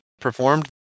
performed